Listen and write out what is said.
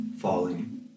falling